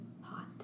Hot